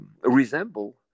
resemble